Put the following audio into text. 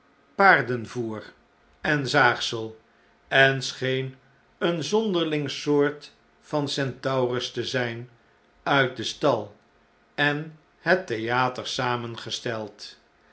schillen paardenvoer en zaagsel en scheen een zonderling soort van centaurus te zijn uit den stal en het theater samengesteld